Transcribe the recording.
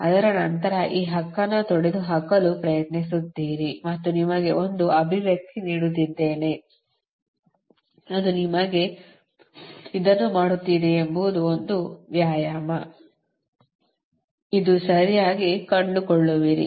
ಅದರ ನಂತರ ಈ ಹಕ್ಕನ್ನು ತೊಡೆದುಹಾಕಲು ಪ್ರಯತ್ನಿಸುತ್ತೀರಿ ಮತ್ತು ನಿಮಗೆ ಒಂದು ಅಭಿವ್ಯಕ್ತಿ ನೀಡುತ್ತಿದ್ದೇನೆ ಅದು ಯಾವಾಗ ಇದನ್ನು ಮಾಡುತ್ತೀರಿ ಎಂಬುದು ಒಂದು ವ್ಯಾಯಾಮ ಇದು ಸರಿಯಾಗಿ ಕಂಡುಕೊಳ್ಳುವಿರಿ